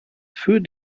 für